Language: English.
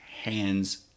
Hands